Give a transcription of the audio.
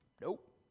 Nope